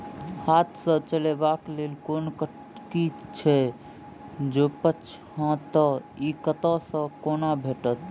हाथ सऽ चलेबाक लेल कोनों कल्टी छै, जौंपच हाँ तऽ, इ कतह सऽ आ कोना भेटत?